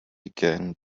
begin